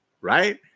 right